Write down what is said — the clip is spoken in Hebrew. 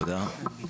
תודה.